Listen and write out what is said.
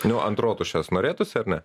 niu ant rotušės norėtųsi ar ne